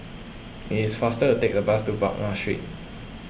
it is faster to take a bus to Baghdad Street